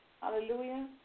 Hallelujah